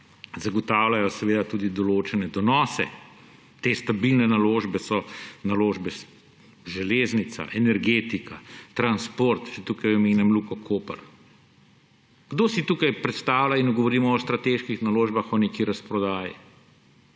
zagotavljajo seveda tudi določene donose, te stabilne naložbe so naložbe železnica, energetika, transport, če tukaj omenim Luko Koper. Kdo si tukaj predstavlja, ko govorimo o strateških naložbah, o neki razprodaji.